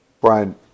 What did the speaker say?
Brian